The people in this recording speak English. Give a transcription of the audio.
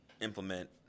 implement